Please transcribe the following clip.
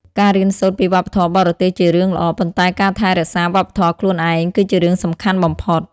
ការរៀនសូត្រពីវប្បធម៌បរទេសជារឿងល្អ ប៉ុន្តែការថែរក្សាវប្បធម៌ខ្លួនឯងគឺជារឿងសំខាន់បំផុត។